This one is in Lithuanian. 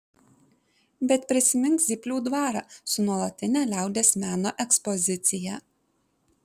bet prisimink zyplių dvarą su nuolatine liaudies meno ekspozicija